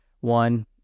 one